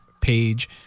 page